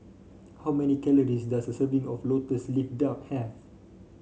how many calories does a serving of lotus leaf duck have